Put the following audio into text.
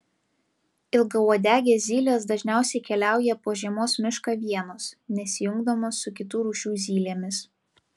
ilgauodegės zylės dažniausiai keliauja po žiemos mišką vienos nesijungdamos su kitų rūšių zylėmis